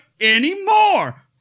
anymore